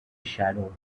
shadow